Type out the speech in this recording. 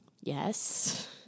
yes